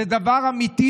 זה דבר אמיתי.